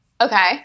Okay